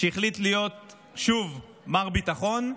שהחליט להיות שוב מר ביטחון,